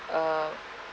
err